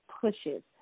pushes